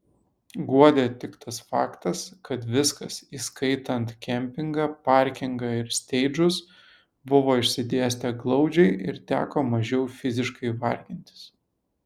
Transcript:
guodė tik tas faktas kad viskas įskaitant kempingą parkingą ir steidžus buvo išsidėstę glaudžiai ir teko mažiau fiziškai vargintis